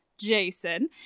Jason